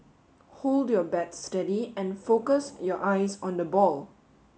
hold your bat steady and focus your eyes on the ball